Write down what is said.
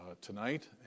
tonight